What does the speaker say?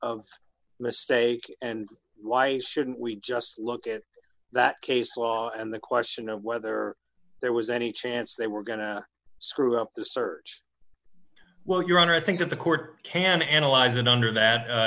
of mistake and why shouldn't we just look at that case law and the question of whether there was any chance they were going to screw up the search well your honor i think that the court can analyze it under